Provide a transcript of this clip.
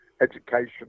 education